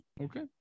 Okay